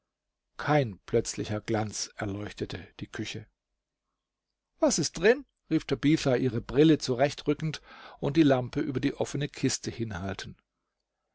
kein plötzlicher glanz erleuchtete die küche was ist drin rief tabitha ihre brille zurecht rückend und die lampe über die offene kiste